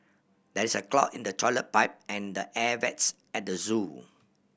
there is a clog in the toilet pipe and the air vents at the zoo